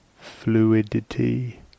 fluidity